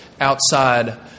outside